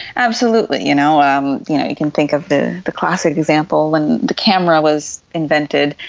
absolutely. you know um you know, you can think of the the classic example, when the camera was invented,